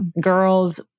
girls